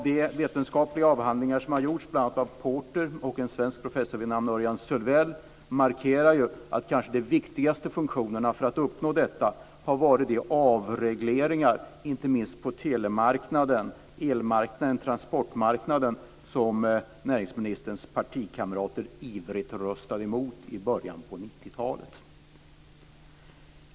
De vetenskapliga avhandlingar som har gjorts, bl.a. Sölvell, markerar att de kanske viktigaste faktorerna för att uppnå detta har varit de avregleringar inte minst på telemarknaden, elmarknaden och transportmarknaden som näringsministerns partikamrater ivrigt röstade emot i början på 90-talet.